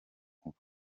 nkuba